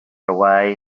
away